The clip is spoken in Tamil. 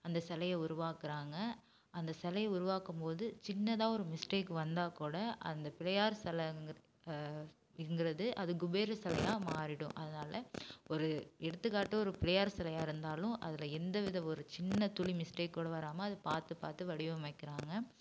அந்த சிலைய உருவாக்குகிறாங்க அந்த சிலைய உருவாக்கும் போது சின்னதாக ஒரு மிஸ்டேக் வந்தால் கூட அந்த பிள்ளையார் சிலைங்கி இங்கிறது அது குபேரன் சிலையா மாறிடும் அதனால் ஒரு எடுத்துக்காட்டு ஒரு பிள்ளையார் சிலையாக இருந்தாலும் அதில் எந்த வித ஒரு சின்ன துளி மிஸ்டேக் கூட வராமல் அது பார்த்து பார்த்து வடிவமைக்கிறாங்க